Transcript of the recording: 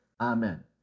Amen